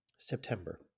September